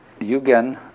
Yugen